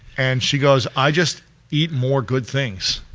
and she goes i just eat more good things,